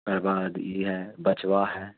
تر بعد یہ ہے بچوا ہے